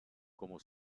como